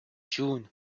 جون